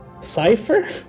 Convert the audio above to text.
cipher